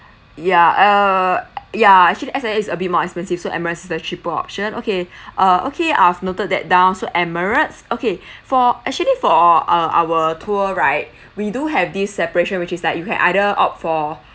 ya err ya actually S_I_A is a bit more expensive so Emirates is the cheaper option okay uh okay I've noted that down so Emirates okay for actually for uh our tour right we do have this separation which is like you can either opt for